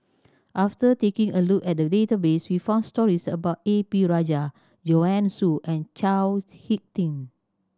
after taking a look at the database we found stories about A P Rajah Joanne Soo and Chao Hick Tin